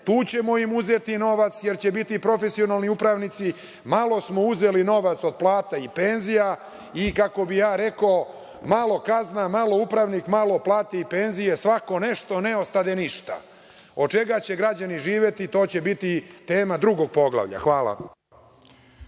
tu ćemo im uzeti novac, jer će biti profesionalni upravnici. Malo smo uzeli novaca od plata i penzija, i kako bih ja rekao – malo kazna, malo upravnik, malo plate i penzije, svako nešto, ne ostade ništa. Od čega će građani živeti? To će biti tema drugog poglavlja. Hvala.